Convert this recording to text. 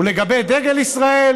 ולגבי דגל ישראל,